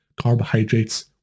carbohydrates